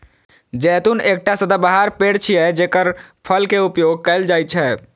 जैतून एकटा सदाबहार पेड़ छियै, जेकर फल के उपयोग कैल जाइ छै